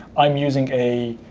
i'm using a